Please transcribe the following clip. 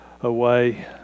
away